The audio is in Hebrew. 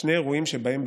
שני אירועים שבהם,